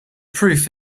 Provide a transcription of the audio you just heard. proof